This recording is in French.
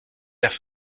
vert